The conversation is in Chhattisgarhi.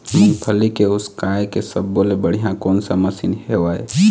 मूंगफली के उसकाय के सब्बो ले बढ़िया कोन सा मशीन हेवय?